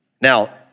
Now